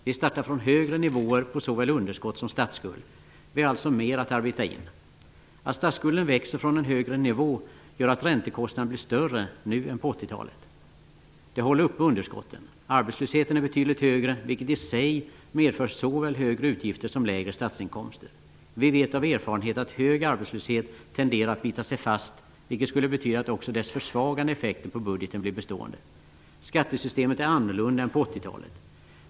Vi startar från högre nivåer på såväl underskott som statsskuld. Vi har alltså mer att arbeta in. Att statsskulden växer från en högre nivå gör att räntekostnaden blir större nu än på 1980-talet. Det håller uppe underskotten. Arbetslösheten är betydligt högre, vilket i sig medför såväl högre utgifter som lägre statsinkomster. Vi vet av erfarenhet att hög arbetslöshet tenderar att bita sig fast, vilket skulle betyda att också dess försvagande effekter på budgeten blir bestående. Skattesystemet är annorlunda än på 1980-talet.